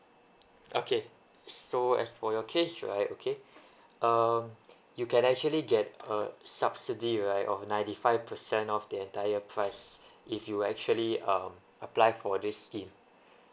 okay so as for your case right okay um you can actually get per subsidy right of ninety five percent off the entire price if you actually um apply for this scheme